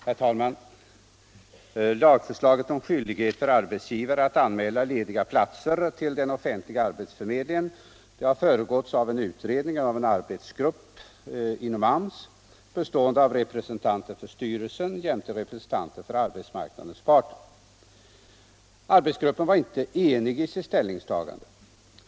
Herr talman! Lagförslaget om skyldighet för arbetsgivare att anmäla lediga platser till den offentliga arbetsförmedlingen har föregåtts av en utredning av en arbetsgrupp inom AMS, bestående av representanter för styrelsen jämte företrädare för arbetsmarknadens parter. Arbetsgruppen var inte enig i sitt ställningstagande.